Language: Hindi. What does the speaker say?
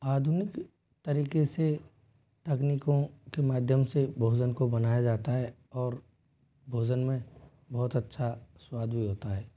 आधुनिक तरीके से तकनीकों के माध्यम से भोजन को बनाया जाता है और भोजन में बहुत अच्छा स्वाद भी होता है